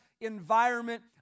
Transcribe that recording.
environment